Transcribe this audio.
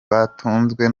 batunzwe